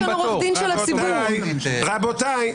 רבותיי,